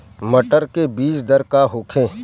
मटर के बीज दर का होखे?